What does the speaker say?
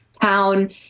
town